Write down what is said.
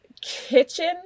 kitchen